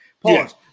Pause